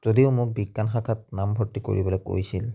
যদিও মোক বিজ্ঞান শাখাত নামভৰ্তি কৰিবলৈ কৈছিল